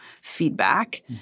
feedback